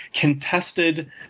contested